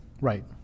Right